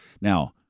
Now